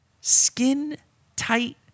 skin-tight